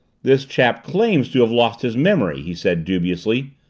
this chap claims to have lost his memory, he said dubiously.